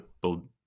build